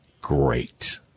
great